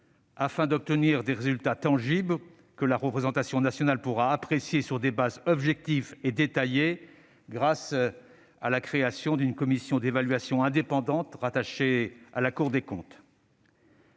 afin d'obtenir des résultats tangibles que la représentation nationale pourra apprécier sur des bases objectives et détaillées, grâce à la création d'une commission d'évaluation indépendante rattachée à la Cour des comptes.